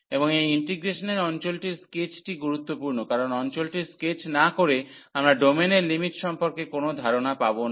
এবং এই ইন্টিগ্রেশনের অঞ্চলটির স্কেচটি গুরুত্বপূর্ণ কারণ অঞ্চলটির স্কেচ না করে আমরা ডোমেনের লিমিট সম্পর্কে কোন ধারণা পাব না